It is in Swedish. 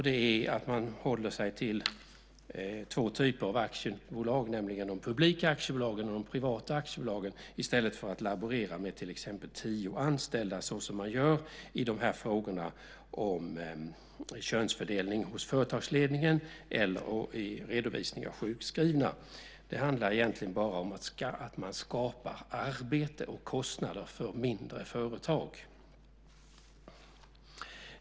Det är att man håller sig till två typer av aktiebolag, nämligen de publika aktiebolagen och de privata aktiebolagen, i stället för att laborera med till exempel tio anställda, såsom man gör i frågorna om könsfördelning hos företagsledningen eller för redovisning av sjukskrivna. Det handlar egentligen bara om att man skapar arbete och kostnader för mindre företag.